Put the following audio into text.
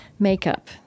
makeup